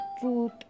truth